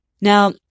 Now